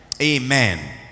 Amen